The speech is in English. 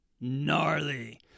Gnarly